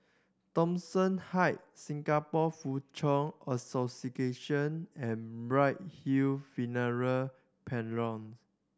Thomson Heights Singapore Foochow Association and Bright Hill Funeral Parlour